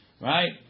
Right